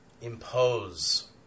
Impose